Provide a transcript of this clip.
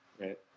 Right